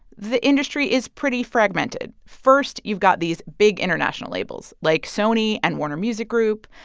the industry is pretty fragmented. first, you've got these big international labels, like sony and warner music group.